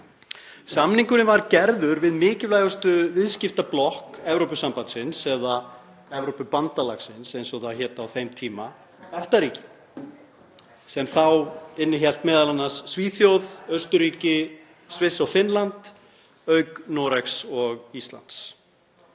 samningurinn var gerður við mikilvægustu viðskiptablokk Evrópusambandsins eða Evrópubandalagsins eins og það hét á þeim tíma, EFTA-ríkin sem þá voru m.a. Svíþjóð, Austurríki, Sviss og Finnland, auk Noregs og Íslands.